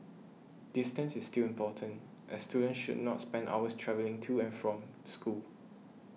distance is still important as students should not spend hours travelling to and from school